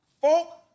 Folk